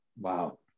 Wow